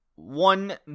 One